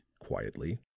quietly